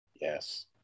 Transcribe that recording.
Yes